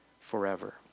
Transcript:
forever